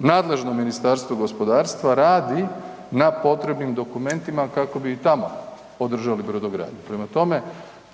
nadležno Ministarstvo gospodarstva radi na potrebnim dokumentima kako bi i tamo podržali brodogradnju prema tome